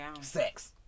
sex